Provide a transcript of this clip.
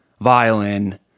violin